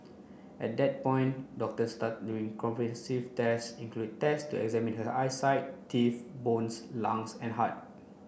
at that point doctors started doing comprehensive test including test to examine her eyesight teeth bones lungs and heart